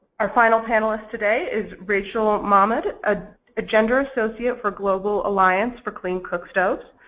our final panelist today is rachel muhmad, a gender associate for global alliance for clean cook stoves.